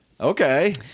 Okay